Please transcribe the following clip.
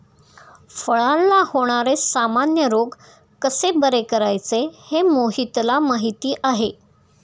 फळांला होणारे सामान्य रोग कसे बरे करायचे हे मोहितला माहीती आहे